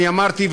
אני אמרתי,